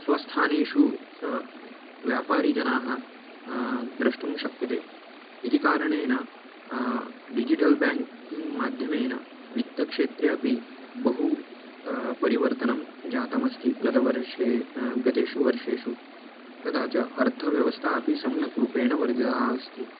स्वस्थानेषु सः व्यापारिजनाः द्रष्टुं शक्यते इति कारणेन डिजिटल् बेङ्किङ्ग् माध्यमेन वित्तक्षेत्रे अपि बहु परिवर्तनं जातमस्ति गतवर्षे गतेषु वर्षेषु तथा च अर्थव्यवस्था अपि सम्यक् रूपेण वर्धिता अस्ति